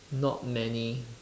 not many